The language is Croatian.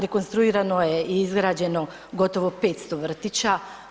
Rekonstruirano je i izgrađeno gotovo 500 vrtića.